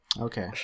Okay